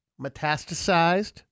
Metastasized